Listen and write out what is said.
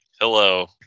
hello